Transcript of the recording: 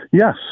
Yes